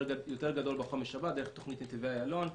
גדול בחומש הבא דרך תוכנית נתיבי איילון,